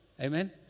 Amen